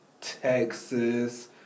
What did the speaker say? Texas